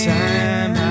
time